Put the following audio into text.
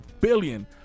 billion